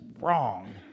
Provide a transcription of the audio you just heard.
wrong